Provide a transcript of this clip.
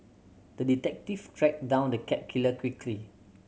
the detective tracked down the cat killer quickly